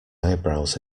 eyebrows